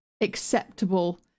acceptable